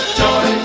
joy